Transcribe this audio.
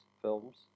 films